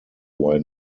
why